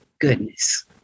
goodness